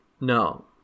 No